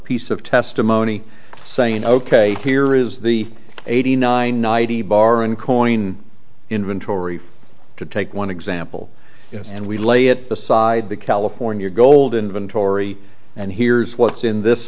piece of testimony saying ok here is the eighty nine ninety bar and coin inventory to take one example and we lay it aside the california gold inventory and here's what's in this